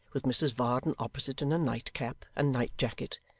with mrs varden opposite in a nightcap and night-jacket,